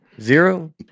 zero